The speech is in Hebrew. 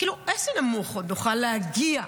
כמה נמוך עוד נוכל להגיע?